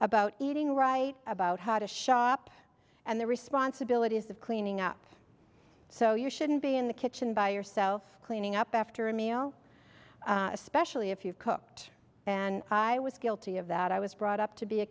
about eating right about how to shop and the responsibilities of cleaning up so you shouldn't be in the kitchen by yourself cleaning up after a meal especially if you've cooked and i was guilty of that i was brought up to be a